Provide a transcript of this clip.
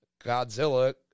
Godzilla